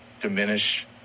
diminish